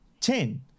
Ten